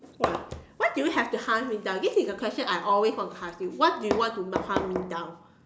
!wah! why do you have to hunt me down this is a question I always want to ask you why do you want to not hunt me down